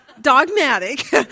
dogmatic